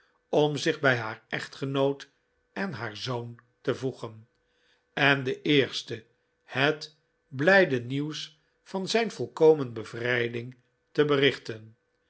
om zich bij haar echtgenoot en haar zoon te voegen en den eerste het blijde nieuws van zijn volkomen bevrijding te berichten